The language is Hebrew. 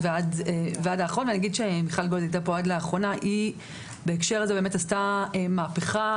אני אגיד שח"כ מיכל וולדיגר עשתה מהפכה